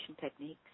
techniques